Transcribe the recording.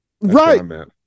Right